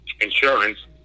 insurance